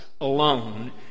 alone